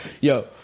Yo